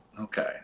Okay